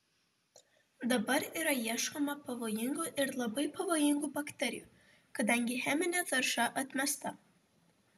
dabar yra ieškoma pavojingų ir labai pavojingų bakterijų kadangi cheminė tarša atmesta